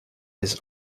his